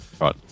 right